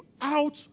out